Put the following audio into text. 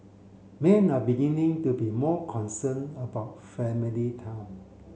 men are beginning to be more concerned about family time